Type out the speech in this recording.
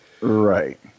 Right